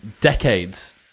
decades